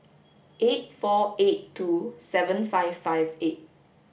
eight four eight two seven five five eight